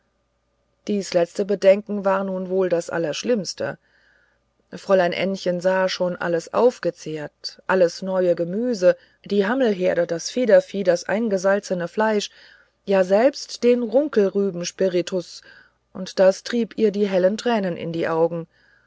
dies letzte bedenken war nun wohl das allerschlimmste fräulein ännchen sah schon alles aufgezehrt alles neue gemüse die hammelherde das federvieh das eingesalzene fleisch ja selbst den runkelrüben spiritus und das trieb ihr die hellen tränen in die augen